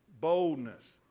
Boldness